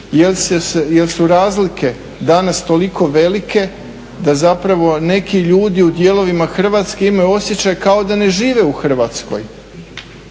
jer su razlike danas toliko velike da zapravo neki ljudi u dijelovima Hrvatske imaju osjećaj kao da ne žive u Hrvatskoj.